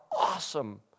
awesome